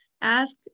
Ask